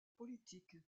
politique